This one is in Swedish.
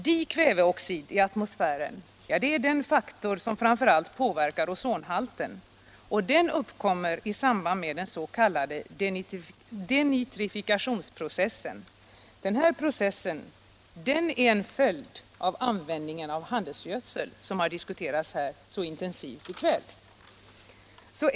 Bikväveoxid i atmosfären är den faktor som framför allt påverkar ozonhalten, och den uppkommer i samband med den s.k. denitrifikationsprocessen. Denna process är en följd av bl.a. användningen av handelsgödsel, som har diskuterats så intensivt i kväll.